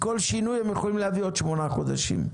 כל שינוי הם יכולים להביא עוד שמונה חודשים.